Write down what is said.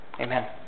Amen